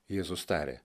jėzus tarė